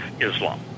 Islam